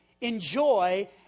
enjoy